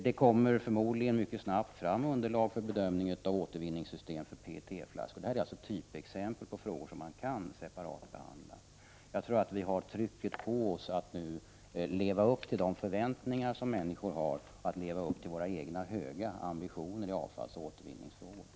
Det kommer förmodligen mycket snabbt fram underlag för bedömning av återvinningssystem för PET-flaskor. Detta är alltså typexempel på frågor som man kan separatbehandla. Jag tror att vi har trycket på oss att leva upp till människors förväntningar, att leva upp till våra egna ambitioner i avfallsoch återvinningsfrågor.